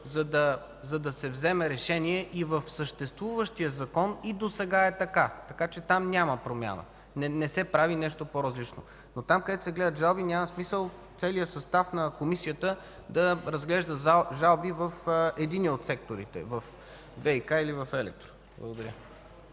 за да се вземе решение, и в съществуващия Закон е така. Там няма промяна. Не се прави нещо по-различно. Но там, където се гледат жалби, няма нужда целият състав на Комисията да ги разглежда в единия от секторите – във ВиК или в „Електро”. Благодаря.